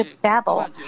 babble